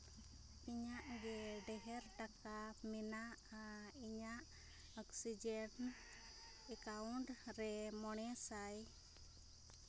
ᱤᱧᱟᱹᱜ ᱜᱮ ᱰᱷᱮᱨ ᱴᱟᱠᱟ ᱢᱮᱱᱟᱜᱼᱟ ᱤᱧᱟᱹᱜ ᱚᱠᱥᱤᱡᱮᱱ ᱮᱠᱟᱣᱩᱱᱴ ᱨᱮ ᱢᱚᱬᱮ ᱥᱟᱭ